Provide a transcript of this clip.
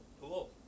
Cool